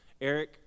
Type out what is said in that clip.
Eric